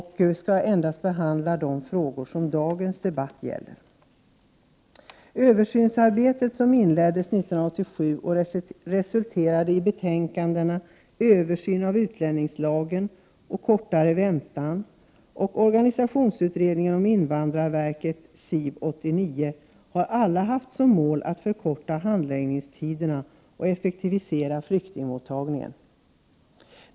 Här skall jag endast ta upp de frågor som dagens debatt gäller. Det översynsarbete som inleddes 1987 och som resulterade i betänkandena ”Översyn av utlänningslagen” och ”Kortare väntan” samt organisationsutredningen om invandrarverket, SIV 89, har haft som mål att handläggningstiderna skall kunna förkortas och att flyktingmottagningen skall kunna effektiviseras.